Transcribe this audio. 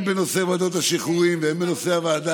הן בנושא ועדות השחרורים והן בנושא הוועדה